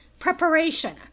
Preparation